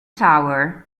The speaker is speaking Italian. tower